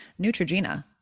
neutrogena